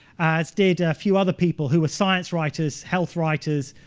as did a few other people who were science writers, health writers.